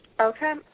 Okay